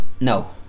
No